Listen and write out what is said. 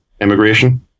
immigration